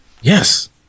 Yes